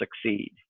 succeed